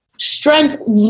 strength